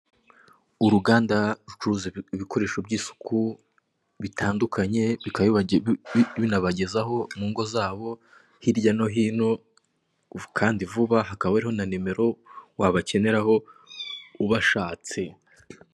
Uruganda rucuruza ibikoresho by'isuku bitandukanye, bikaba binabagezaho mu ngo zabo hirya no hino kandi vuba hakaba hariho na nimero wabakeneraho ubashatse.